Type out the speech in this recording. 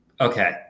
Okay